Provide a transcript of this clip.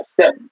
step